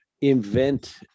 invent